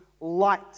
light